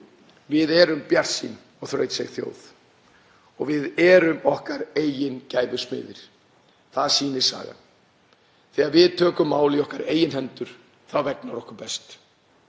Við erum bjartsýn og þrautseig þjóð og við erum okkar eigin gæfu smiðir. Það sýnir sagan. Þegar við tökum málin í okkar eigin hendur vegnar okkur best.